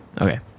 Okay